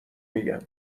میگم